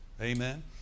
Amen